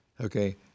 okay